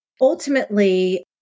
Ultimately